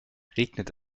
regnet